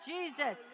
Jesus